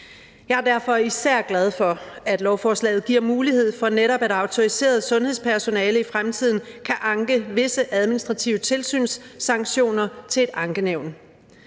Jeg er derfor især glad for, at lovforslaget netop giver mulighed for, at autoriseret sundhedspersonale i fremtiden kan anke visse administrative tilsynssanktioner til et ankenævn.